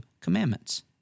commandments